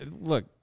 look